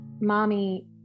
mommy